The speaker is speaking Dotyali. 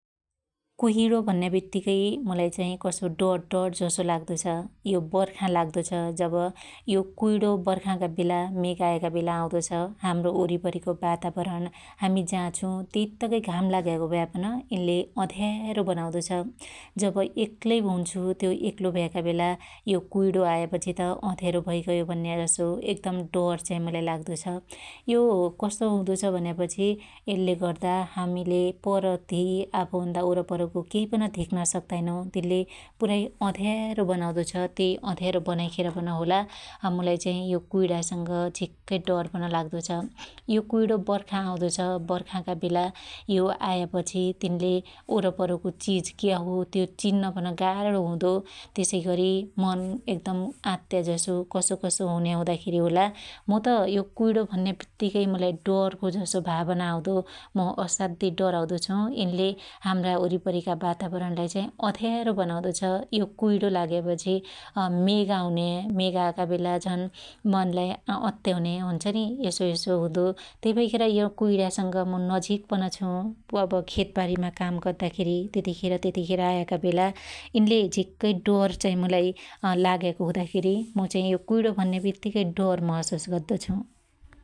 कुहिणो भन्या बित्तीकै कसो डरडर जसो लाग्दो छ । यो बर्खा लाग्दो छ जब यो कुइणो बर्खाका बेला मेग आयाका बेला आउदो छ । हाम्रो वरीपरीको वातावरण हामि जा छु त्यइतक्कै घाम लाग्याको भया पन यिनले अध्यारो बनाउदो छ । जब यक्लै हुन्छु त्यो यक्लो भयाका बेला यो कुइणो आयापछि त अध्यारो भैगयो भन्या जसो एकदम डर चाइ मुलाई लाग्दो छ । यो कसो हुदो छ भन्यापछी यल्ले गर्दा हामिले परधी आफुभन्दा वरपरको केइपन धेक्न सक्ताइनौ त्यल्ले पुरै अध्यारो बनाउदो छ । त्यइ अध्यारो बनाइखेर पन होला मुलाई चाइ यो कुइणासंग झिक्कै डर पन लाग्दो छ । यो कुइणो बर्खा आउदो छ बर्खाका बेला यो आयापछी तिनले वरपरको चिज क्या हो त्यो चिन्न पन गाणो हुदो त्यसैगरी मन एकदम आत्याजसो कसो कसो हुन्या हुदाखेरी होला मुख यो कुइणो भन्या बित्तीकै मुलाई डरको जसो भावना आउदो मु असाध्यै डराउदो छु । हाम्रा वरीपरीका वातावरणलाई चाइ अध्यारो बनाउदो छ । यो कुइणो लाग्यापछी अमेग आउन्या मेग आयापछी झन मनलाई अत्याउन्या हुन्छ नि यसो यसो हुदो । त्यइ भैखेर मु यो कुइणासंग नजीक पन छु पब खेतबाणीमा काम गद्दा खेरी त्यतिखेर त्यतिखेर आयाका बेला यिनले झिक्कै डर चाइ मुलाई अलाग्याको हुदा खेरी कुइणो भन्या बित्त्तीकै डर महशुस गद्दछु ।